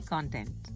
Content